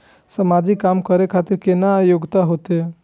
समाजिक काम करें खातिर केतना योग्यता होते?